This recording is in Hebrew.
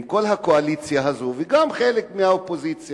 עם כל הקואליציה הזאת וגם חלק מהאופוזיציה,